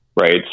right